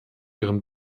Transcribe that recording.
ihren